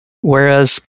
whereas